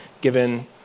given